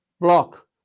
block